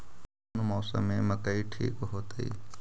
कौन मौसम में मकई ठिक होतइ?